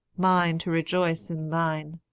mine to rejoice in thine.